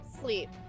sleep